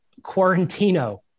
Quarantino